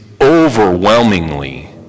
overwhelmingly